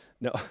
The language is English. No